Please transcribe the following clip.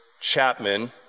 Chapman